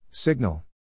Signal